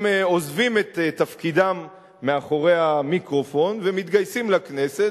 הם עוזבים את תפקידם מאחורי המיקרופון ומתגייסים לכנסת,